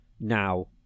now